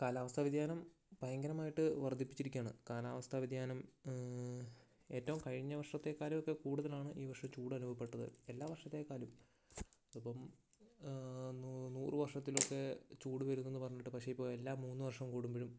കാലാവസ്ഥ വ്യതിയാനം ഭയങ്കരമായിട്ട് വർദ്ധിപ്പിച്ചിരിക്കുകയാണ് കാലാവസ്ഥ വ്യതിയാനം ഏറ്റവും കഴിഞ്ഞ വർഷത്തേക്കാളും ഒക്കെ കൂടുതലാണ് ഈ വർഷം ചൂട് അനുഭവപ്പെട്ടത് എല്ലാ വർഷത്തേക്കാളും ഇപ്പം ആ നൂ നൂറുവർഷത്തിലൊക്കെ ചൂട് വരുന്നു എന്ന് പറഞ്ഞിട്ട് പക്ഷെ ഇപ്പോൾ എല്ലാ മൂന്ന് വർഷം കൂടുമ്പോഴും